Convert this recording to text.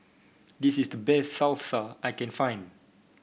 this is the best Salsa I can find